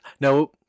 Now